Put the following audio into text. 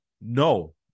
No